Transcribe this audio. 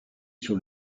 sur